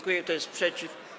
Kto jest przeciw?